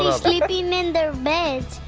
ah sleeping in their beds,